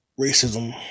racism